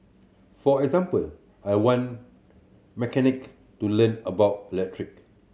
for example I want mechanic to learn about electric